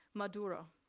maduro.